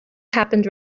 happened